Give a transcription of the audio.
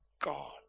God